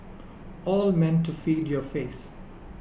all meant to feed your face